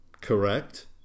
correct